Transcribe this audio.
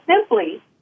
simply